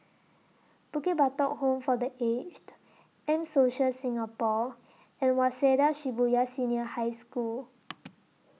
Bukit Batok Home For The Aged M Social Singapore and Waseda Shibuya Senior High School